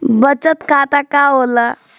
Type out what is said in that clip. बचत खाता का होला?